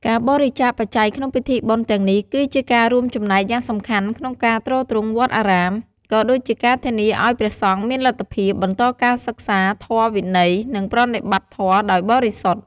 ការបរិច្ចាគបច្ច័យក្នុងពិធីបុណ្យទាំងនេះ គឺជាការរួមចំណែកយ៉ាងសំខាន់ក្នុងការទ្រទ្រង់វត្តអារាម ក៏ដូចជាការធានាឱ្យព្រះសង្ឃមានលទ្ធភាពបន្តការសិក្សាធម៌វិន័យ និងប្រតិបត្តិធម៌ដោយបរិសុទ្ធ។